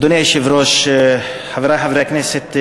אדוני היושב-ראש, חברי חברי הכנסת,